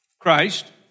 Christ